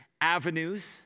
avenues